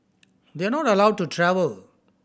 they are not allowed to travel